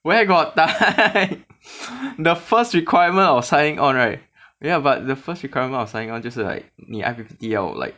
where got time the first requirement of signing on right ya but the first requirement of signing on 就是 like 你 I_P_P_T 要 like